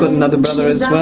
another brother as